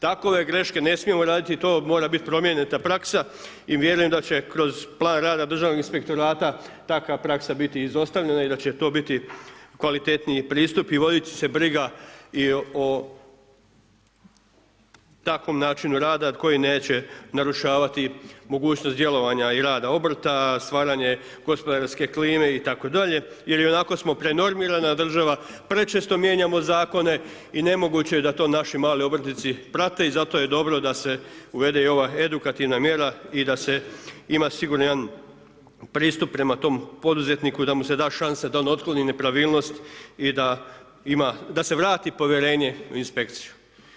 Takove greške ne smijemo raditi i to mora biti promijenita praksa i vjerujem da će kroz plan rada državnog inspektorata, takva praksa biti izostavljena i da će to biti kvalitetniji pristup i vodit će se briga i o takvom načinu rada koji neće narušavati mogućnost djelovanja i rada obrta, stvaranje gospodarske klime, i tako dalje, jer ionako smo pred normirana država, prečesto mijenjamo Zakone i nemoguće je da to naši mali obrtnici prate, i zato je dobro da se uvede i ova edukativna mjera, i da se ima siguran jedan pristup prema tom poduzetniku i da mu se da šansa da on otkloni nepravilnost, i da ima, da se vrati povjerenje u inspekciju.